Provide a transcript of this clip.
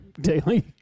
Daily